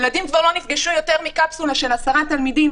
ילדים לא נפגשו בקפסולה של יותר מעשרה תלמידים